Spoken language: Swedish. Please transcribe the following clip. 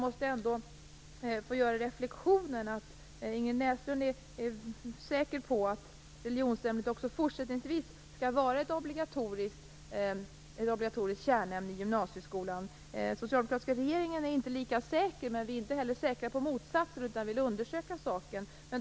Ingrid Näslund är säker på att religionsämnet också fortsättningsvis skall vara ett obligatoriskt kärnämne i gymnasieskolan. Den socialdemokratiska regeringen är inte lika säker. Vi är inte heller säkra på motsatsen, utan vi vill undersöka saken.